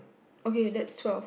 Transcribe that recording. okay that's twelve